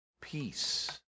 peace